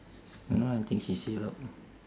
don't know I think she save up